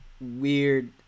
weird